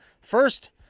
First